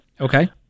Okay